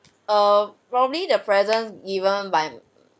err probably the present given by